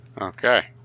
okay